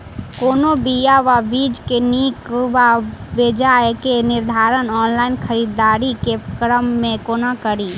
कोनों बीया वा बीज केँ नीक वा बेजाय केँ निर्धारण ऑनलाइन खरीददारी केँ क्रम मे कोना कड़ी?